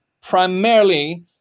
primarily